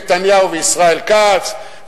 חתומים נתניהו וישראל כץ,